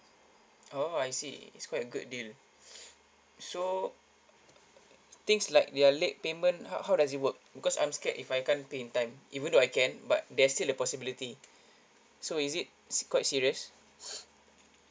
oh I see it's quite a good deal so things like their late payment how how does it work because I'm scared if I can't pay in time even though I can but there's still a possibility so is s~ quite serious